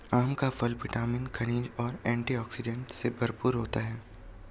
आम का फल विटामिन, खनिज और एंटीऑक्सीडेंट से भरपूर होता है